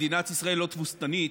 מדינת ישראל לא תבוסתנית,